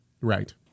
right